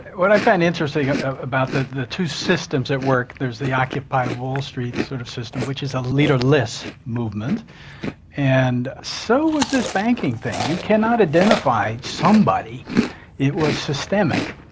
what i find interesting about the the two systems at work there's the occupy wall street, sort of, system, which is a leader-less movement and so was this banking thing you cannot identify somebody it was systemic.